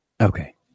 Okay